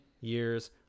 years